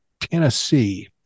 Tennessee